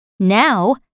Now